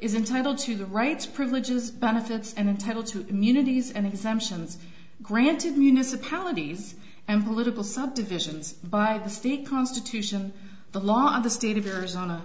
is entitled to the rights privileges benefits and title to communities and exemptions granted municipalities and political subdivisions by the state constitution the law of the state of arizona